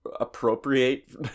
appropriate